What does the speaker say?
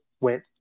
went